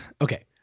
okay